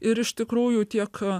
ir iš tikrųjų tiek a